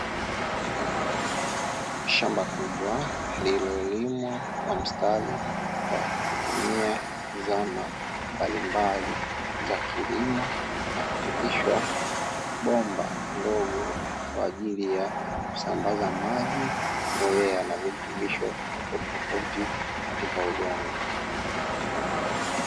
Shamba kubwa linalimwa kwa mstari kwa kutumia zana mbalimbali za kilimo, na kupitishwa bomba dogo kwaajili ya kusambaza maji, mbolea na virutubisho tofautitofauti katika udongo.